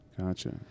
Gotcha